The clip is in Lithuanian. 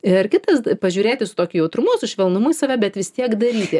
ir kitas pažiūrėti su tokiu jautrumu su švelnumu į save bet vis tiek daryti